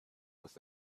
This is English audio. with